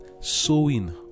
sowing